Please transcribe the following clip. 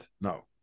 no